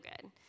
good